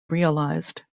realised